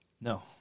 No